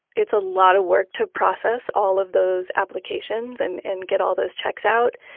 it's a lot of work to process all of those applications and and get all those checks out.